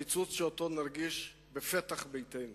קיצוץ שאותו נרגיש בפתח ביתנו.